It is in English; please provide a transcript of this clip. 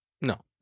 No